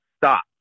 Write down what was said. stop